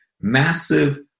massive